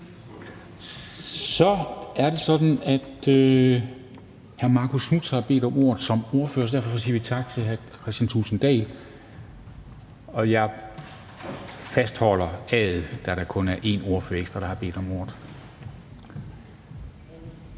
Det er sådan, at hr. Marcus Knuth har bedt om ordet som ordfører, og derfor siger vi tak til hr. Kristian Thulesen Dahl. Jeg fastholder afstemnings-A'et, da der kun er en ordfører ekstra, der har bedt om ordet.